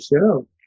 show